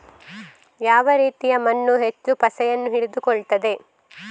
ಯಾವ ರೀತಿಯ ಮಣ್ಣು ಹೆಚ್ಚು ಪಸೆಯನ್ನು ಹಿಡಿದುಕೊಳ್ತದೆ?